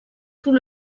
tout